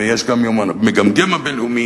ויש גם יום המגמגם הבין-לאומי,